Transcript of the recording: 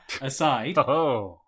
aside